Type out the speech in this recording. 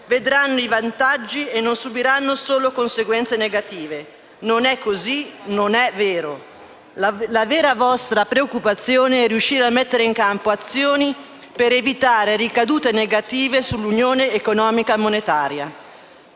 vedranno i vantaggi e non subiranno solo conseguenze negative. Non è così, non è vero. La vera vostra preoccupazione è riuscire a mettere in campo azioni per evitare ricadute negative sull'Unione economica e monetaria.